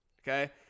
okay